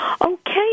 Okay